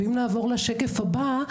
ואם נעבור לשקף הבא,